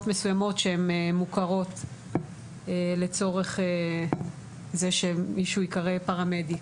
מסוימות שהן מוכרות לצורך זה שמישהו יקרא פרמדיק,